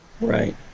Right